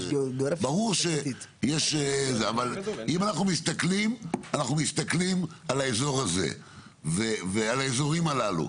אם אנחנו מסתכלים, אנחנו מסתכלים על האזורים הללו.